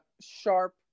sharp